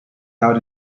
out